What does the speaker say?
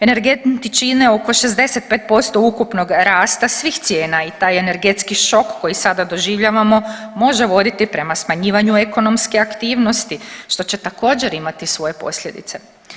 Energenti čine oko 65% ukupnog rasta svih cijena i taj energetski šok koji sada doživljavamo može voditi prema smanjivanju ekonomske aktivnosti što će također imati svoje posljedice.